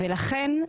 לכן,